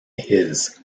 his